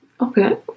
okay